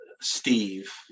Steve